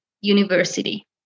university